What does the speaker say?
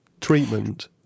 treatment